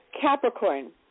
Capricorn